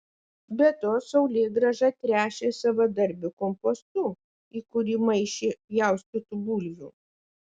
be to saulėgrąžą tręšė savadarbiu kompostu į kurį maišė pjaustytų bulvių